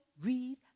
read